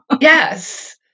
yes